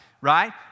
right